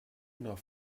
nach